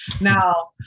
Now